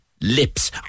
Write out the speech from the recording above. lips